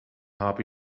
habe